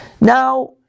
Now